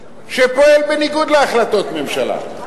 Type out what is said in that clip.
שפועל בניגוד להחלטות ממשלה.